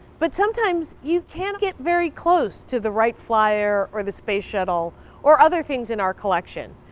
but sometimes you can't get very close to the right flyer or the space shuttle or other things in our collection,